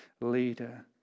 leader